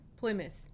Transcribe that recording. Plymouth